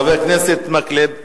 חבר הכנסת מקלב,